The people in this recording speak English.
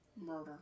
murder